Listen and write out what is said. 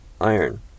iron